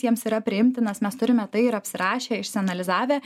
jiems yra priimtinas mes turime tai ir apsirašę išsianalizavę